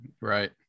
Right